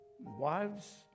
Wives